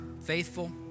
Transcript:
faithful